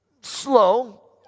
slow